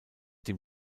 dem